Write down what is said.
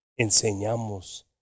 enseñamos